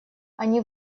они